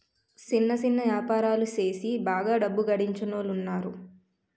సిన్న సిన్న యాపారాలు సేసి బాగా డబ్బు గడించినోలున్నారు